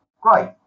great